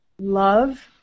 love